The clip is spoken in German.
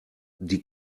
die